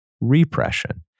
repression